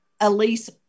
Elise